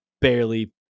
barely